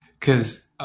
Cause